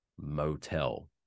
motel